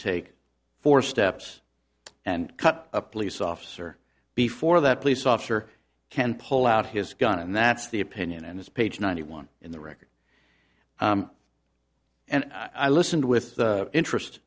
take four steps and cut a police officer before that police officer can pull out his gun and that's the opinion and it's page ninety one in the record and i listened with interest